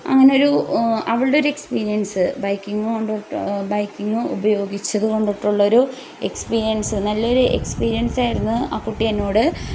അങ്ങനെയൊരു അവളുടെയൊരു experience biking കൊണ്ടു ബൈക്കിങ് ഉപയോഗിച്ചത് കൊണ്ടിട്ടുള്ളൊരു എക്സ്പീരിയൻസ് നല്ലൊരു എക്സ്പീരിയൻസായിരുന്നു ആ കുട്ടിയെന്നോട്